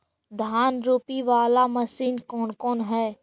धान रोपी बाला मशिन कौन कौन है?